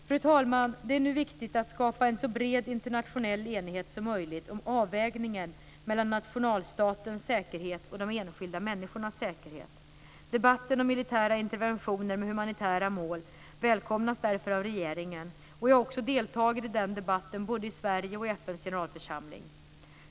Fru talman! Det är nu viktigt att skapa en så bred internationell enighet som möjligt om avvägningen mellan nationalstatens säkerhet och de enskilda människornas säkerhet. Debatten om militära interventioner med humanitära mål välkomnas därför av regeringen, och jag har också deltagit i den debatten, både i Sverige och i FN:s generalförsamling.